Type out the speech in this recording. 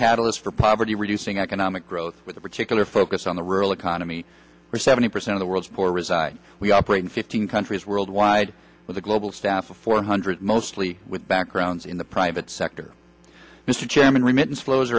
catalyst for poverty reducing economic growth with a particular focus on the rural economy where seventy percent of the world's poor reside we operate in fifteen countries worldwide with a global staff of four hundred mostly with backgrounds in the private sector mr chairman remittance flows